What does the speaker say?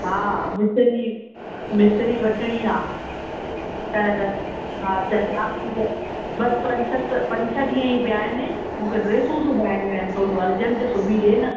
हा मिसरी मिसरी वठिणी आहे त हा च चारि पंज बसि पंज सत पंज छह ॾींहं ई पिया आहिनि मूंखे ड्रेसूं सिॿाइणियूं आहिनि थोरियूं अर्जंट सिॿी ॾे न